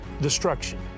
destruction